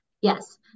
Yes